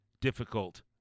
difficult